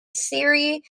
serie